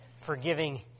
Forgiving